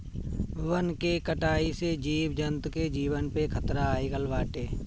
वन के कटाई से जीव जंतु के जीवन पे खतरा आगईल बाटे